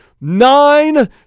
Nine